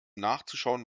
nachzuschauen